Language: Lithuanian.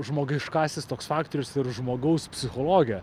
žmogiškasis toks faktorius ir žmogaus psichologija